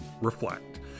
Reflect